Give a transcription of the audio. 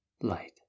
light